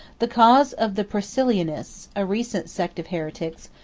the cause of the priscillianists, a recent sect of heretics,